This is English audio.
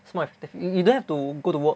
it's more effe~ you don't have to go to work